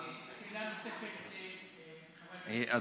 שאלה נוספת לחבר הכנסת עופר כסיף.